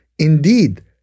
Indeed